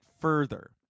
further